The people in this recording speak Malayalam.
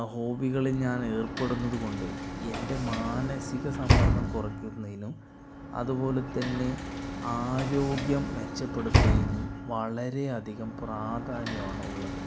ഹോബികള് ഞാൻ ഏർപ്പെടുന്നത് കൊണ്ട് എൻ്റെ മാനസ്സിക സമ്മർദ്ദം കുറയ്ക്കുന്നതിനും അതുപോലെ തെന്നെ ആരോഗ്യം മെച്ചപ്പെടുത്തുന്നതിനും വളരെ അധികം പ്രാധാന്യവാണ് ഉള്ളത്